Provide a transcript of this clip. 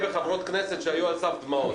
וחברי כנסת שהיו על סף דמעות.